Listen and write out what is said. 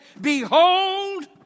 Behold